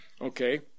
okay